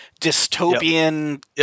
dystopian